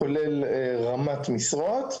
כולל רמת משרות,